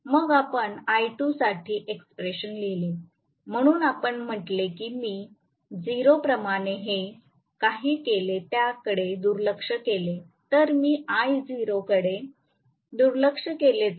मग आपण आय 2 साठी एक्सप्रेशन लिहिले म्हणून आपण म्हटले की मी 0 प्रमाणे जे काही केले त्याकडे दुर्लक्ष केले तर मी I0 कडे दुर्लक्ष केले तर